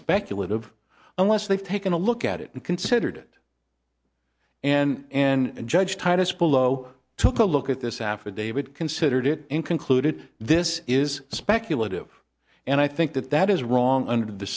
speculative unless they've taken a look at it and considered it and and judge titus polo took a look at this affidavit considered it concluded this is speculative and i think that that is wrong under the